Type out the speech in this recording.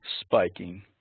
spiking